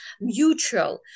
mutual